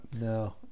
No